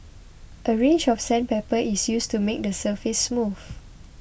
a range of sandpaper is used to make the surface smooth